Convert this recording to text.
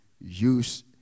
use